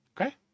Okay